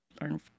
learn